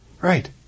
Right